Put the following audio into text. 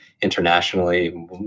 internationally